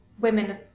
women